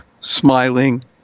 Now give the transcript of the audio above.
smiling